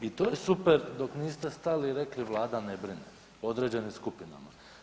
I to je super dok niste stali i rekli Vlada ne brine o određenim skupinama.